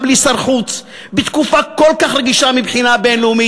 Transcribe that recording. בלי שר חוץ בתקופה כל כך רגישה מבחינה בין-לאומית,